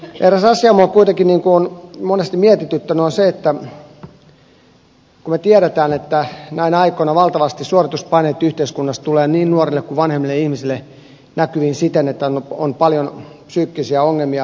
eräs asia minua kuitenkin on monesti mietityttänyt ja se on se että me tiedämme että näinä aikoina valtavasti suorituspaineita tulee yhteiskunnasta niin nuorille kuin vanhemmille ihmisille näkyviin siten että on paljon psyykkisiä ongelmia